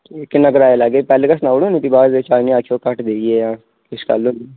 किन्ना कराया लैगे पैहले के सनाओ उड़ो मिकी बाद ऐमे नी आखेआं घट्ट देई गेआ